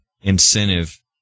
incentive